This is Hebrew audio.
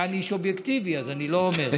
אני כאן איש אובייקטיבי, אז אני לא אומר.